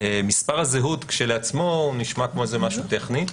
מספר הזהות כשלעצמו נשמע כאיזה משהו טכני.